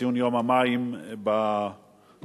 ציון יום המים בכנסת.